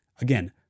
again